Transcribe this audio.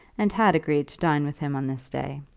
and had agreed to dine with him on this day.